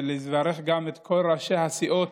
אני מברך את כל ראשי הסיעות,